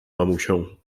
mamusią